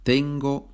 Tengo